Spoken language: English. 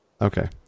Okay